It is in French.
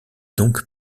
donc